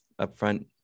upfront